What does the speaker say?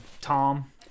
Tom